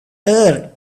err